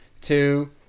two